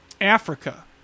Africa